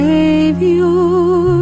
Savior